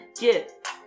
get